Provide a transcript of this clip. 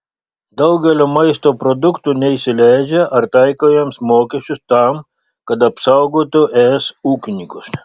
daugelio maisto produktų neįsileidžia ar taiko jiems mokesčius tam kad apsaugotų es ūkininkus